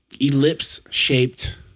ellipse-shaped